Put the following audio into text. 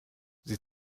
sie